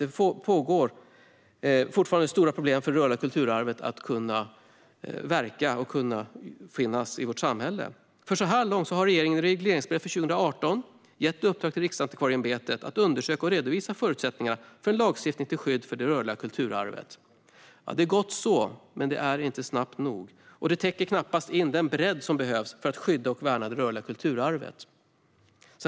Det finns fortfarande stora problem för det rörliga kulturarvet att brukas och finnas i vårt samhälle. Så här långt har regeringen i regleringsbrevet för 2018 gett i uppdrag till Riksantikvarieämbetet att undersöka och redovisa förutsättningarna för lagstiftning till skydd för det rörliga kulturarvet. Det är gott så, men det går inte snabbt nog och täcker knappast in den bredd som behövs för att skydda och värna det rörliga kulturarvet.